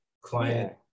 client